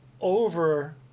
over